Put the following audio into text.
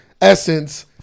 Essence